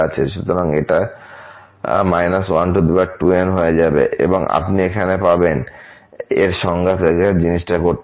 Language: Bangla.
সুতরাং এটা হয়ে 12nআপনি এখানে পাবেন এ আমরা সহজেই জিনিসটা করতে পারি